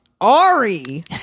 Ari